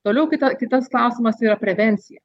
toliau kita kitas klausimas yra prevencija